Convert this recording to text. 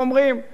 בתל-אביב,